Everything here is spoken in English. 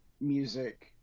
music